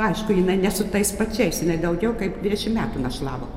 aišku jinai ne su tais pačiais jinai daugiau kaip dvidešim metų našlavo